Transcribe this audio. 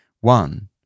one